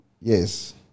Yes